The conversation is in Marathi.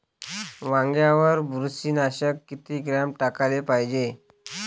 वांग्यावर बुरशी नाशक किती ग्राम टाकाले पायजे?